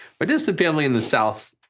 but distant family in the south